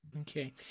Okay